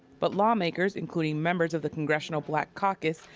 but lawmakers, including members of the congressional black caucus,